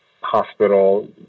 hospital